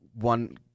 one